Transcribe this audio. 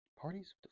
parties